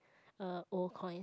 uh old coins